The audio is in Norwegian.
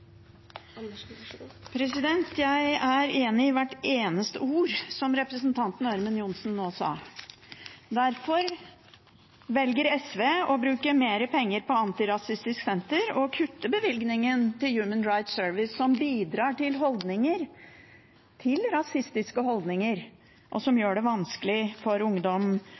enig i hvert eneste ord som representanten Ørmen Johnsen nå sa. Derfor velger SV å bruke mer penger på Antirasistisk senter og å kutte bevilgningen til Human Rights Service, som bidrar til rasistiske holdninger som gjør det vanskelig for ungdom